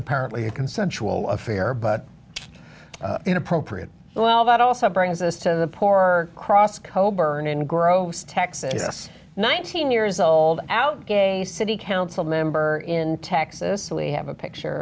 apparently a consensual affair but inappropriate well that also brings us to the poor cross coburn engross texas nineteen years old out gay a city council member in texas we have a picture